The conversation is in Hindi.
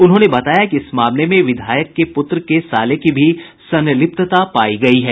उन्होंने बताया कि इस मामले में विधायक के पुत्र के साले की भी संलिप्तता पायी गयी है